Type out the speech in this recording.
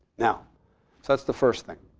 yeah so that's the first thing.